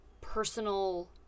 personal